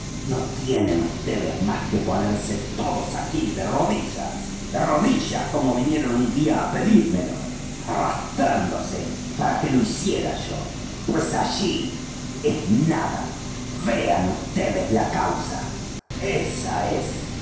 no tienen vds más que ponerse todos aquí de rodillas de rodillas como vinieron un día á pedírmelo arrastrándose para que lo hiciera yo pues allí es nada vean vds la causa ésa es